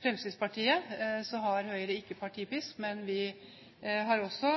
Fremskrittspartiet har Høyre ikke partipisk. Vi har også